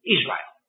Israel